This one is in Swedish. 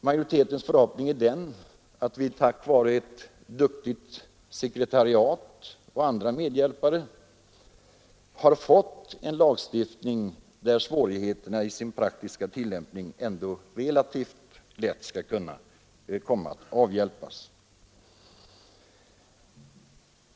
Majoritetens förhoppning är att vi tack vare ett duktigt sekretariat och andra medhjälpare har fått en lag där svårigheterna i den praktiska tillämpningen ändå relativt lätt skall kunna komma att avhjälpas.